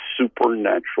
supernatural